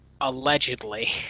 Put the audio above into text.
allegedly